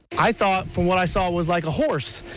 i thought from what i saw was like a horse.